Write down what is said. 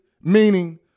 meaning